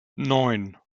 neun